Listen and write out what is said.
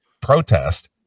protest